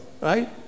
right